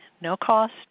no-cost